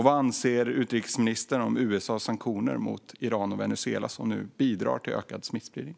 Vad anser utrikesministern om USA:s sanktioner mot Iran och Venezuela, som nu bidrar till ökad smittspridning?